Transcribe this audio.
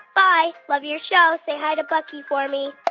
bye. love your show. say hi to bucky for me